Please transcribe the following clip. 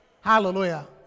Hallelujah